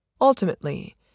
Ultimately